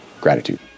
gratitude